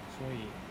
所以